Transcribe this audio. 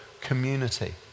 community